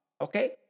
okay